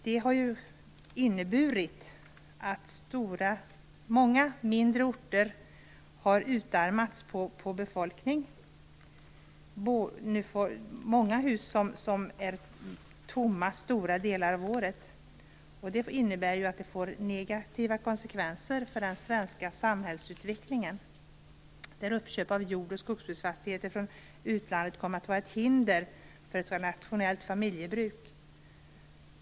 Detta har inneburit att många mindre orter har utarmats på befolkning. Många hus står tomma stora delar av året, vilket får negativa konsekvenser för den svenska samhällsutvecklingen. Utländska uppköp av jordbruks och skogsbruksfastigheter kommer att vara till hinder för ett rationellt familjebruk.